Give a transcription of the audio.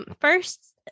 first